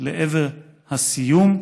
לעבר הסיום.